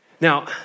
Now